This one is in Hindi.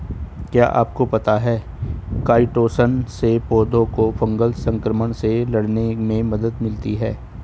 क्या आपको पता है काइटोसन से पौधों को फंगल संक्रमण से लड़ने में मदद मिलती है?